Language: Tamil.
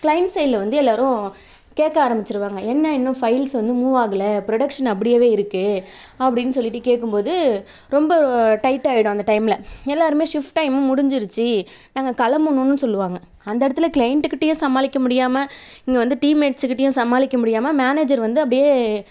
கிளைன்ட் சைடில் வந்து எல்லாரும் கேட்க ஆரம்பிச்சிடுவாங்க என்ன இன்னும் ஃபைல்ஸ் வந்து மூவ் ஆகலை ப்ரொடக்ஷன் அப்படியேவே இருக்குது அப்படினு சொல்லிட்டு கேட்கும் போது ரொம்ப டைட் ஆயிடும் அந்த டைம்ல எல்லாருமே ஷிஃப்ட் டைமும் முடிஞ்சிருச்சு நாங்கள் கிளம்பணும்னு சொல்லுவாங்கள் அந்த இடத்துல கிளைன்ட்டுக்கிட்டயும் சமாளிக்க முடியாமல் இங்கே வந்து டீம் மேட்ஸுக்கிட்டையும் சமாளிக்க முடியாமல் மேனேஜர் வந்து அப்படியே